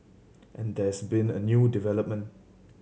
and there's been a new development